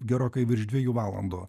gerokai virš dviejų valandų